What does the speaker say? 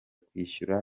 kwishyura